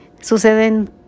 suceden